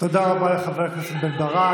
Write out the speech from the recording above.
תודה רבה לחבר הכנסת בן ברק.